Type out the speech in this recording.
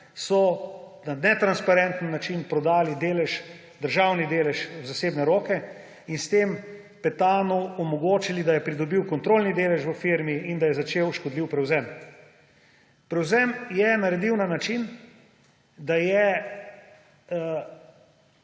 so na netransparenten način prodali državni delež v zasebne roke in s tem Petanu omogočili, da je pridobil kontrolni delež v firmi in da je začel škodljiv prevzem. Prevzem je naredil na način, da je